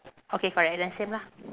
okay correct and then same lah